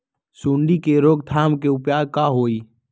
सूंडी के रोक थाम के उपाय का होई?